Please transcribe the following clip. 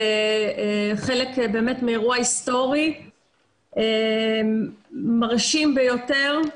חלק מאירוע היסטורי ומרשים ביותר.